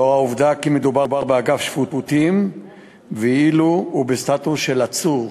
לאור העובדה שמדובר באגף שפוטים ואילו הוא בסטטוס של עצור.